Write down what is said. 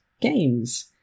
games